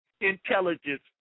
intelligence